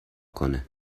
کنه